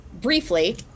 briefly